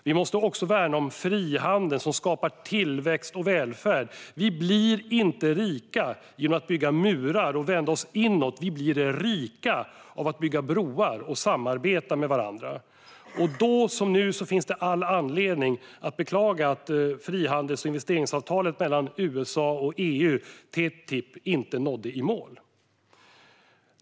Vi måste också värna om frihandeln som skapar tillväxt och välfärd. Vi blir inte rika genom att bygga murar och vända oss inåt, vi blir rika av att bygga broar och samarbeta med varandra. Då som nu finns det all anledning att beklaga att frihandels och investeringsavtalet mellan USA och EU, TTIP, inte nådde i mål.